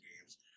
games